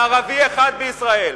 לערבי אחד בישראל.